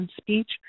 Speech